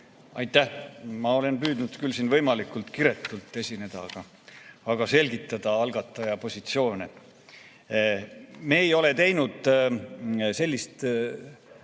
Aitäh! Ma olen püüdnud siin võimalikult kiretult esineda, et selgitada algataja positsioone. Me ei ole teinud sellist